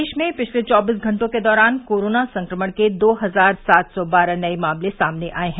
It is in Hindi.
प्रदेश में पिछले चौबीस घंटों के दौरान कोरोना संक्रमण के दो हजार सात सौ बारह नए मामले सामने आए हैं